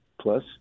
plus